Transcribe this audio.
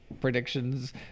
predictions